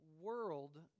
world